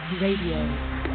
Radio